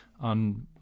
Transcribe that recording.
on